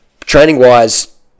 Training-wise